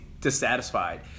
dissatisfied